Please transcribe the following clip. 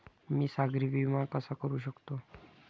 मी सागरी विमा कसा करू शकतो?